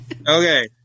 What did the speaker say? Okay